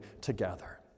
together